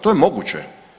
To je moguće.